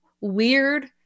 weird